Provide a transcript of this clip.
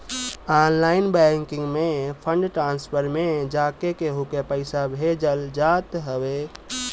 online banking में fund transfer में जाके केहू के पईसा भेजल जात हवे